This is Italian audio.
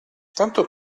tanto